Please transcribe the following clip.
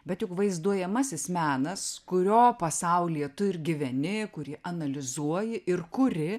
bet juk vaizduojamasis menas kurio pasaulyje tu ir gyveni kurį analizuoji ir kuri